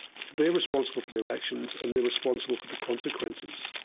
they're responsible for their actions, and they're responsible for the consequences.